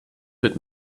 wird